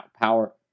power